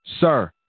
Sir